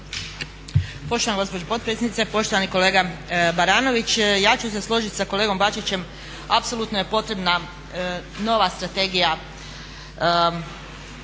Poštovana gospođo potpredsjednice. Poštovani kolega Baranović, ja ću se složit sa kolegom Bačićem. Apsolutno je potrebna nova strategija